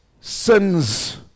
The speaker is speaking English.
sins